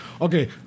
Okay